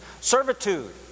servitude